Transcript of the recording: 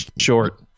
short